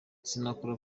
sinakora